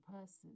person